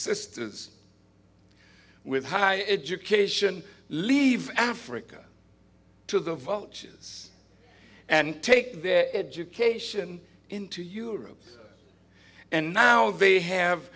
sisters with high education leave africa to the vultures and take their education into europe and now they have